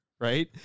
Right